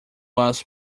was